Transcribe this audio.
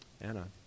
Anna